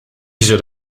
should